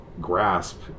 Grasp